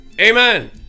Amen